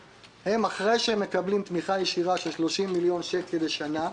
אחרי שהם מקבלים תמיכה ישירה של 30 מיליון שקל לשנה,